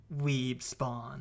Weebspawn